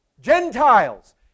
Gentiles